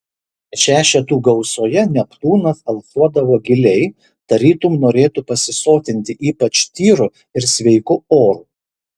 šešetų gausoje neptūnas alsuodavo giliai tarytum norėtų pasisotinti ypač tyru ir sveiku oru